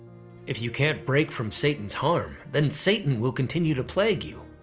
if you can't break from satan's harm, then satan will continue to plague you.